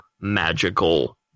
magical